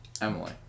Emily